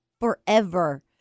Forever